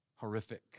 Horrific